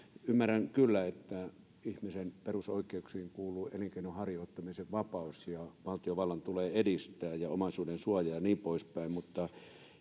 ymmärrän kyllä että ihmisen perusoikeuksiin kuuluu elinkeinonharjoittamisen vapaus ja valtiovallan tulee edistää sitä ja on omaisuudensuoja ja niin poispäin mutta